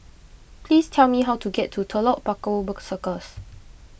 please tell me how to get to Telok Paku Circus